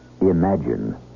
imagine